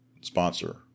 sponsor